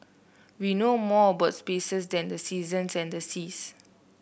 we know more about spaces than the seasons and the seas